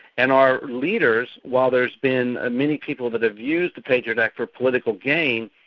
and our leaders, while there's been ah many people that have used the patriot act for political gain,